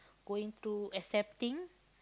going through accepting